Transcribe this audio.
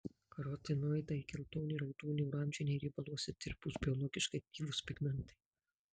karotinoidai geltoni raudoni oranžiniai riebaluose tirpūs biologiškai aktyvūs pigmentai